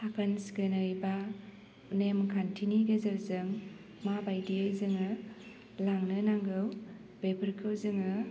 साखोन सिखोनै बा नेमखान्थिनि गेजेरजों माबायदियै जोङो लांनो नांगौ बेफोरखौ जोङो